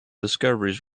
discoveries